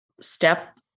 step